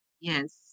Yes